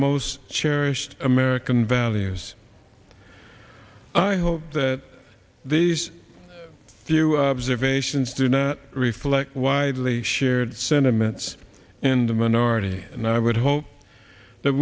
most cherished american values i hope that these few observe a sions do not reflect widely shared sentiments in the minority and i would hope that